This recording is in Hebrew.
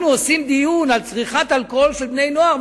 אנחנו עושים דיון על צריכת אלכוהול של בני נוער,